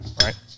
Right